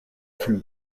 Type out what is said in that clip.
from